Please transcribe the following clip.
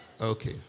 Okay